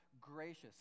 gracious